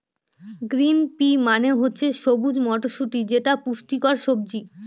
green pea মানে হচ্ছে সবুজ মটরশুটি যেটা পুষ্টিকর সবজি